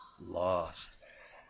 Lost